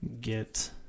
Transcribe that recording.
Get